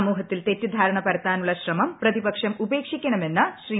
സമൂഹത്തിൽ തെറ്റിദ്ധാരണ പരത്താനുള്ള ശ്രമം പ്രതിപക്ഷം ഉപേക്ഷിക്കണമെന്ന് ശ്രീ